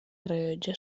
rellotge